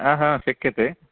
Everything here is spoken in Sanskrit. आ हा शक्यते